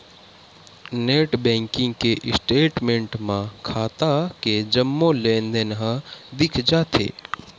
net banking के statement म खाता के जम्मो लेनदेन ह दिख जाथे